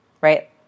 right